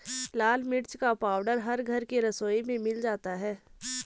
लाल मिर्च का पाउडर हर घर के रसोई में मिल जाता है